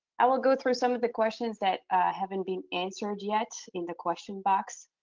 i will go through some of the questions that haven't been answered yet in the question box.